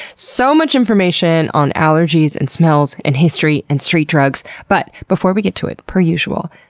so much information on allergies and smells and history and street drugs. but, before we get to it, per usual,